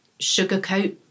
sugarcoat